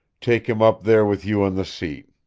take him up there with you on the seat.